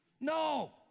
No